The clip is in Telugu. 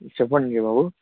చెప్పండి బాబు